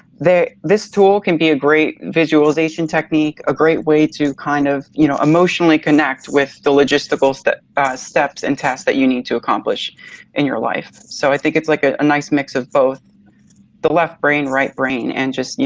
there this tool can be a great visualization technique. a great way to kind of you know, emotionally connect with the logistical step steps and tasks that you need to accomplish in your life. so i think it's like ah a nice mix of both the left brain, right brain, and just you